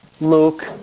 Luke